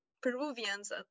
Peruvians